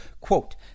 Quote